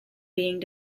being